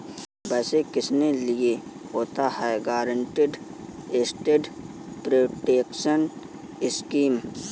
वैसे किसके लिए होता है गारंटीड एसेट प्रोटेक्शन स्कीम?